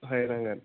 बायनांगोन